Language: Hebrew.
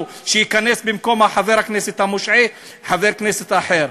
אל תגידו לנו שייכנס במקום חבר הכנסת המושעה חבר כנסת אחר,